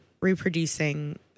reproducing